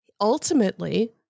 ultimately